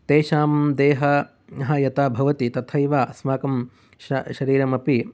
तेषां देह य यथा भवन्ति तथैव अस्माकं शा शरीरमपि